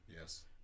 Yes